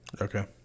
Okay